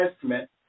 Testament